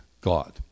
God